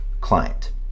client